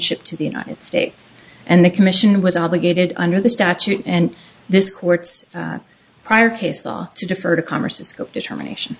shipped to the united states and the commission was obligated under the statute and this court's prior case law to defer to congress determination